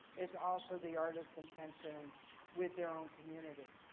it's also the artist's intention with their own community.